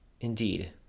Indeed